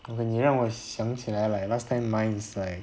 okay 你让我想起来 like last time mine is like